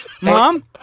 Mom